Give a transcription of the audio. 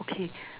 okay